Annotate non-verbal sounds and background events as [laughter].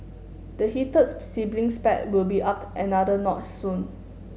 the heated [unintelligible] sibling spat will be upped another notch soon